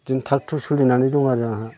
बिदिनो थाग थुग सोलिनानै दङ आरो आंहा